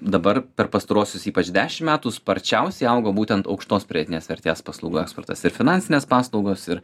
dabar per pastaruosius ypač dešim metų sparčiausiai augo būtent aukštos pridėtinės vertės paslaugų eksportas ir finansinės paslaugos ir